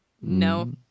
no